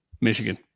Michigan